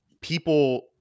people